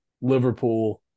Liverpool